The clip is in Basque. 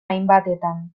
hainbatetan